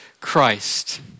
Christ